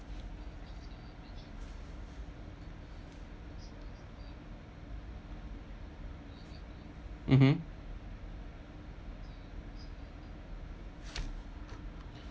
mmhmm